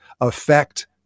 affect